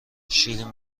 شیرین